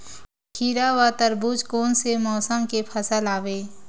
खीरा व तरबुज कोन से मौसम के फसल आवेय?